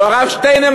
או הרב שטיינמן,